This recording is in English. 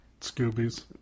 Scoobies